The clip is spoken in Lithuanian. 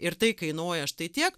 ir tai kainuoja štai tiek